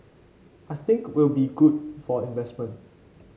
I think will be good for investment